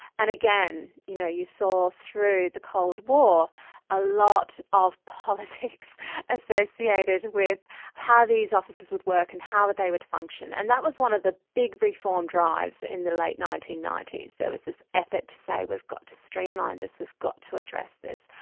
and again, you know you saw through the cold war a lot of politics associated with how these officers would work and how they would function. and that was one of the big reform drives in the late nineteen ninety s, there was this effort is to say we've got to streamline this, we've got to address this.